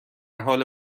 حال